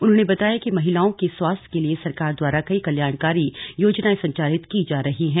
उन्होंने बताया कि महिलाओं के स्वास्थ्य के लिए सरकार द्वारा कई कल्याणकारी योजनायें संचालित की जा रही हैं